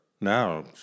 Now